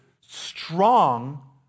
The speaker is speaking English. strong